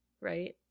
right